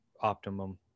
optimum